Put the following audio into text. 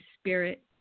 spirit